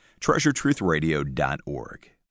treasuretruthradio.org